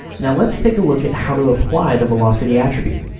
now, let's take a look at how to apply the velocity attribute.